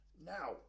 now